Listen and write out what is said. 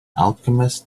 alchemist